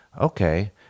okay